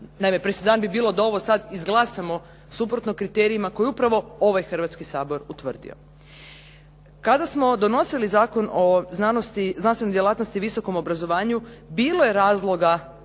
Naime, presedan bi bio da ovo sad izglasamo suprotno kriterijima koje je upravo ovaj Hrvatski sabor utvrdio. Kada smo donosili Zakon o znanstvenoj djelatnosti visokom obrazovanju bilo je razloga